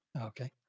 Okay